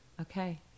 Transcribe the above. Okay